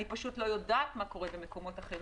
אני לא יודעת מה קורה במקומות אחרים,